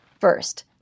First